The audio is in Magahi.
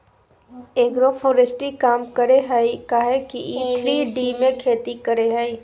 एग्रोफोरेस्ट्री काम करेय हइ काहे कि इ थ्री डी में खेती करेय हइ